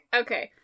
okay